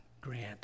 grant